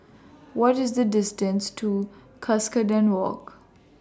What IS The distance to Cuscaden Walk